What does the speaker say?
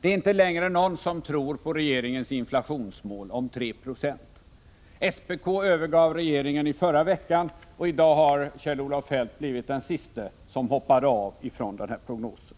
Det är inte längre någon som tror på regeringens inflationsmål på 3 96. SPK övergav regeringen i förra veckan, och i dag har Kjell-Olof Feldt blivit den sista som hoppat av prognosen.